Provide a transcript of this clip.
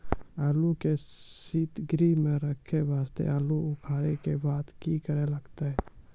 आलू के सीतगृह मे रखे वास्ते आलू उखारे के बाद की करे लगतै?